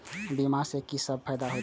बीमा से की सब फायदा होते?